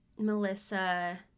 Melissa